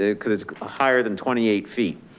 ah cause it's higher than twenty eight feet.